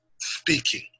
speaking